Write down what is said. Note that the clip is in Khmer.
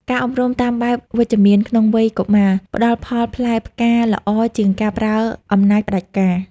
ការអប់រំតាមបែបវិជ្ជមានក្នុងវ័យកុមារ ផ្ដល់ផលផ្លែផ្កាល្អជាងការប្រើអំណាចផ្ដាច់ការ។